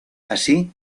así